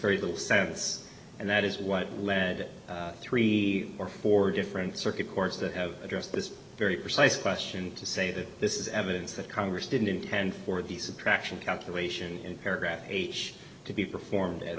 very little sense and that is what led three or four different circuit courts that have addressed this very precise question to say that this is evidence that congress didn't intend for the subtraction calculation in paragraph h to be performed at